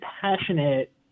passionate